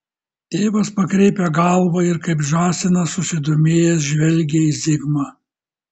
tėvas pakreipia galvą ir kaip žąsinas susidomėjęs žvelgia į zigmą